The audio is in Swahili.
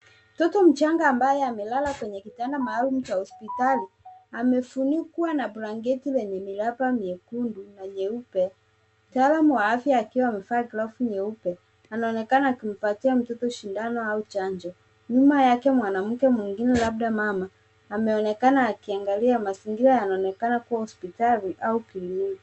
Mtoto mchanga ambaye amelala kwenye kitanda maalum cha hospitali amefunikwa na blanketi lenye miraba miekundu na nyeupe. Mtaalam wa afya akiwa amevaa glovu nyeupe anaonekana akimpatia mtoto sindano au chanjo. Nyuma yake mwanamke mwingine labda mama ameonekana akiangalia. Mazingira yanaonekana kuwa hospitali au kliniki.